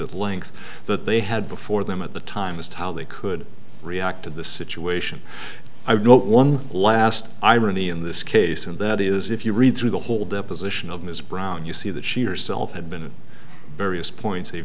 at length that they had before them at the time as to how they could react to this situation i would note one last irony in this case and that is if you read through the whole deposition of ms brown you see that she herself had been in various points a